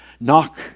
Knock